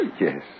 Yes